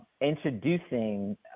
introducing